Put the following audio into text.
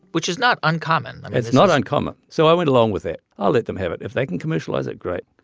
which is not uncommon it's not uncommon, so i went along with it. i'll let them have it. if they can commercialize it, great.